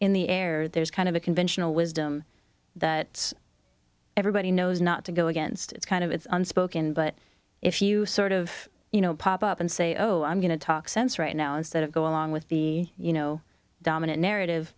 in the air there's kind of a conventional wisdom that everybody knows not to go against it's kind of it's unspoken but if you sort of you know pop up and say oh i'm going to talk sense right now instead of go along with be you know dominant narrative